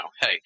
hey